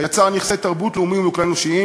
בה יצר נכסי תרבות לאומיים וכלל-אנושיים